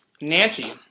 Nancy